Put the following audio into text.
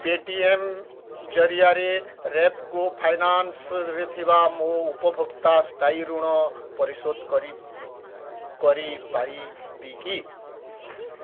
Paytm ଜରିଆରେ ରେପ୍କୋ ଫାଇନାନ୍ସରେ ଥିବା ମୋ ଉପଭୋକ୍ତା ସ୍ଥାୟୀ ଋଣ ମୁଁ ପରିଶୋଧ କରିପାରିବି କି